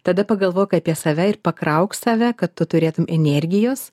tada pagalvok apie save ir pakrauk save kad tu turėtum energijos